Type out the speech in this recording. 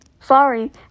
Sorry